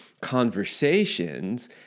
conversations